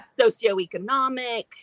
socioeconomic